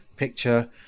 picture